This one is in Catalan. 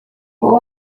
fou